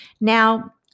Now